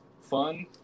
fun